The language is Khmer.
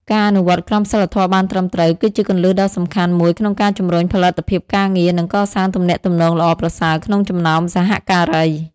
ការអនុវត្តន៍ក្រមសីលធម៌បានត្រឹមត្រូវ គឺជាគន្លឹះដ៏សំខាន់មួយក្នុងការជំរុញផលិតភាពការងារ និងកសាងទំនាក់ទំនងល្អប្រសើរក្នុងចំណោមសហការី។